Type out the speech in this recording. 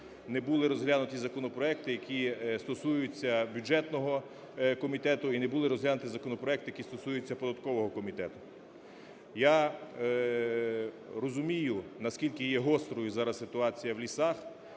Не були розглянуті законопроекти, які стосуються бюджетного комітету, і не були розглянуті законопроекти, які стосуються податкового комітету. Я розумію, наскільки є гострою зараз ситуація в лісах.